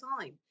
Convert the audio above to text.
time